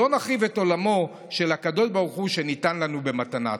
שלא נחריב את עולמו של הקדוש ברוך הוא שניתן לנו במתנה.